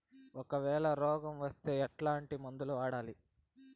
ఒకవేల రోగం వస్తే ఎట్లాంటి మందులు వాడాలి?